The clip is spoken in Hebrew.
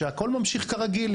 שהכל ממשיך כרגיל,